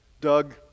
Doug